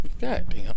Goddamn